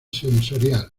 sensorial